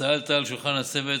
ההצעה עלתה על שולחן הצוות,